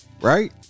right